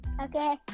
Okay